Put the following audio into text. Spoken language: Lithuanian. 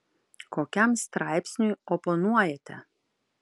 kokiam straipsniui oponuojate